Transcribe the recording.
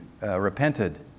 repented